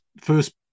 first